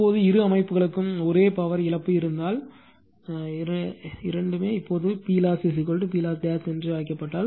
இப்போது இரு அமைப்புகளுக்கு ஒரே பவர் இழப்பு இருந்தால் இரண்டுமே இப்போது PLoss PLoss என்று அழைக்கப்பட்டால்